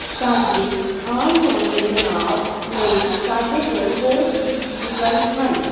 ਸਾਡੇ ਆਮ ਚੋਣਵੇਂ ਜਨਾਬ ਲਈ ਸਾਡੇ ਕੋਲ ਹੋਰ ਕੀ ਵਿਕਲਪ ਹਨ